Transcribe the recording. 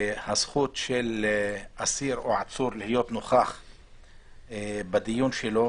והזכות של אסיר או עצור להיות נוכח בדיון שלו